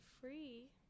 free